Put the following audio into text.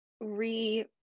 re